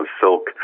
silk